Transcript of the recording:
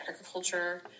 agriculture